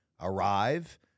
arrive